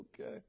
okay